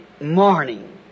morning